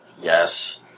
Yes